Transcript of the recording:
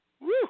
woo